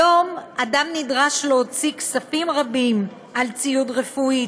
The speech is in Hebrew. היום אדם נדרש להוציא כספים רבים על ציוד רפואי,